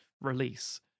release